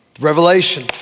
Revelation